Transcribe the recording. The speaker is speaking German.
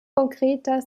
konkreter